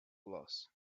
glass